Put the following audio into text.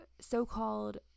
so-called